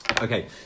Okay